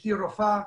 אשתי רופאה.